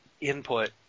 input